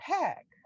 pack